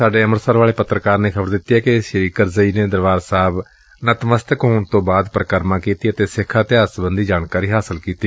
ਸਾਡੇ ਅੰਮਿਤਸਰ ਵਾਲੇ ਪੱਤਰਕਾਰ ਨੇ ਖ਼ਬਰ ਦਿੱਤੀ ਏ ਸ੍ਰੀ ਕਰਜ਼ਈ ਨੇ ਦਰਬਾਰ ਸਾਹਿਬ ਨਤਮਸਤਕ ਹੋਣ ਮਗਰੋਂ ਪਰਿਕਰਮਾ ਕੀਤੀ ਅਤੇ ਸਿੱਖ ਇਤਿਹਾਸ ਸਬੰਧੀ ਜਾਣਕਾਰੀ ਹਾਸਲ ਕੀਤੀ